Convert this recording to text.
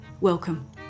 welcome